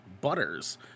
Butters